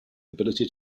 ability